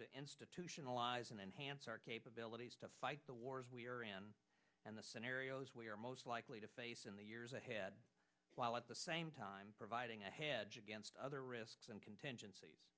to institutionalize and enhance our capabilities to fight the wars we are in and the scenarios we are most likely to face in the years ahead while at the same time providing a hedge against other risks and contingencies